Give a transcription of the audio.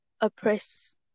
oppress